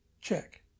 Check